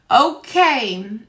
Okay